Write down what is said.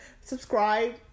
subscribe